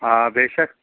آ بےٚ شَک